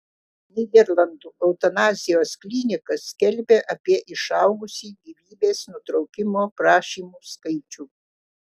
nyderlandų eutanazijos klinika skelbia apie išaugusį gyvybės nutraukimo prašymų skaičių